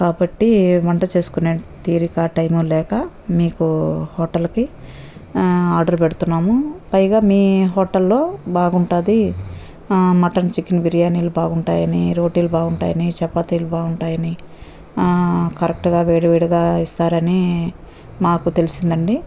కాబట్టి వంట చేసుకునే తీరికా టైము లేక మీకు హోటల్కి ఆర్డర్ పెడుతున్నాము పైగా మీ హోటల్లో బాగుంటుంది మటన్ చికెన్ బిర్యానీలు బాగుంటాయనీ రోటీలు బాగుంటాయనీ చపాతీలు బాగుంటాయనీ కరెక్ట్గా వేడివేడిగా ఇస్తారనీ మాకు తెలిసిందండి